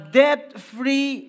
debt-free